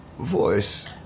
voice